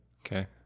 Okay